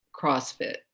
CrossFit